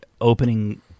opening